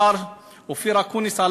השר אופיר אקוניס,